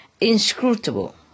inscrutable